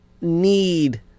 need